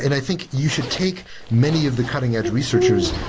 and i think you should take many of the cutting-edge researchers,